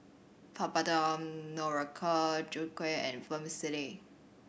Papadum Noriander Chutney and Vermicelli